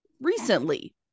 recently